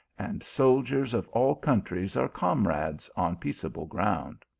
and soldiers of all countries are comrades on peaceable ground.